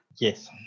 Yes